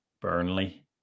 Burnley